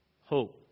hope